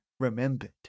Remembered